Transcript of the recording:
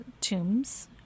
tombs